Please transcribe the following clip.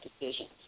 decisions